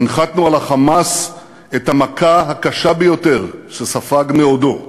הנחתנו על ה"חמאס" את המכה הקשה ביותר שספג מעודו.